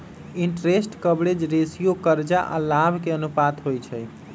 interest coverage ratio करजा आऽ लाभ के अनुपात होइ छइ